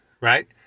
right